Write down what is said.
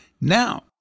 Now